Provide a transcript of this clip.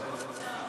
(תיקון,